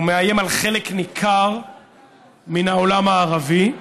והוא מאיים על חלק ניכר מן העולם הערבי.